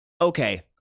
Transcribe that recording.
okay